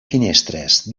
finestres